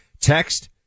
Text